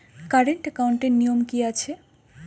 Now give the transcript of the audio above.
Current একাউন্টের নিয়ম কী আছে?